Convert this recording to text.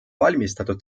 valmistatud